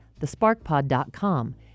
thesparkpod.com